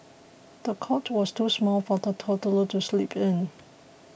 the cot was too small for the toddler to sleep in